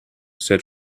said